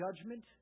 judgment